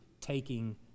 taking